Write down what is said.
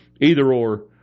either-or